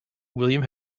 william